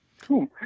Cool